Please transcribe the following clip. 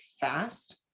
fast